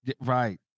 right